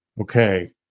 Okay